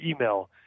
email